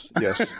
yes